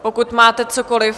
Pokud máte cokoliv...